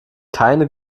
keine